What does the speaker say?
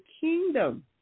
kingdom